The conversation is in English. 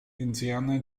indiana